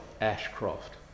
Ashcroft